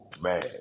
man